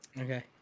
Okay